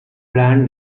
ran